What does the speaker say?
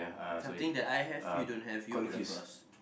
something that I have you don't have you put a cross